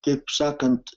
taip sakant